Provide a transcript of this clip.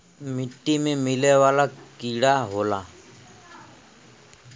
मिट्टी में मिले वाला कीड़ा होला